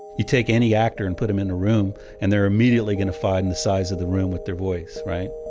you take any actor and put them in a room, and they're immediately going to find the size of the room with their voice, right?